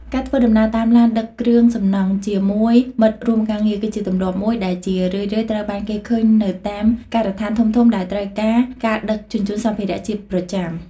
ការធ្វើដំណើរតាមឡានដឹកគ្រឿងសំណង់ជាមួយមិត្តរួមការងារគឺជាទម្លាប់មួយដែលជារឿយៗត្រូវបានគេឃើញនៅតាមការដ្ឋានធំៗដែលត្រូវការការដឹកជញ្ជូនសម្ភារៈជាប្រចាំ។